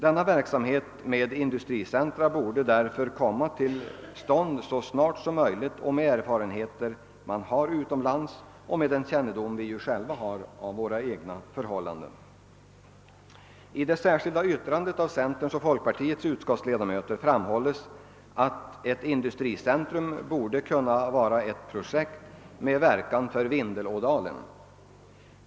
Denna verksamhet med industricentra borde därför komma till stånd så snart som möjligt med de erfarenheter man har utomlands och med den kännedom vi ju har om våra egna förhållanden. I det särskilda yttrandet av centerns och folkpartiets utskottsledamöter framhålles att ett industricentrum borde kunna vara ett projekt med verkan för Vindelådalen.